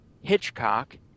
hitchcock